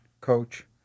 coach